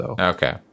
Okay